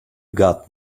got